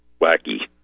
wacky